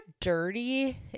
dirty